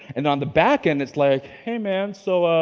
and on the back end it's like, hey man, so ah,